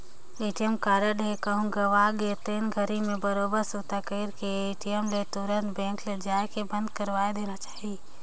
ATM card ह कहूँ गवा गे तेन घरी मे बरोबर सुरता कइर के ए.टी.एम ले तुंरत बेंक मे जायके बंद करवाये देना चाही